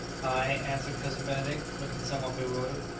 i? answered cousin benedict, looking somewhat bewildered,